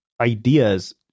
ideas